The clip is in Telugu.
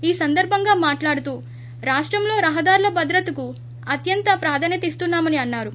ఈ సందర్భంగా మాట్లాడుతూ రాష్టంలో రహదారుల భద్రతకు అత్యంత ప్రాధాన్యత ఇస్తున్నామని అన్నారు